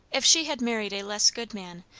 if she had married a less good man,